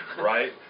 right